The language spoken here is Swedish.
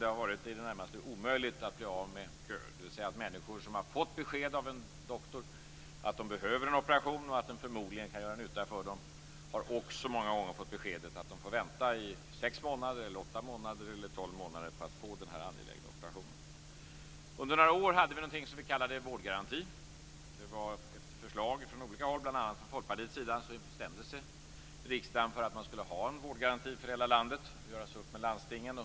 Det har förefallit i det närmaste omöjligt att bli av med köer, dvs. att människor som har fått besked av en doktor att de behöver en operation och att den förmodligen kan göra nytta för dem också många gånger har fått beskedet att de får vänta i sex, åtta eller tolv månader på att få göra den angelägna operationen. Under några år hade vi någonting som vi kallade vårdgaranti. Efter förslag från olika håll, bl.a. från Folkpartiets sida, bestämde riksdagen att man skulle ha en vårdgaranti för hela landet som skulle göras upp med landstingen.